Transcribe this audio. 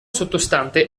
sottostante